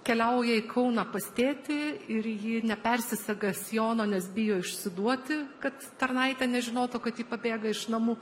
keliauja į kauną pas tėtį ir ji nepersisega sijono nes bijo išsiduoti kad tarnaitė nežinotų kad ji pabėga iš namų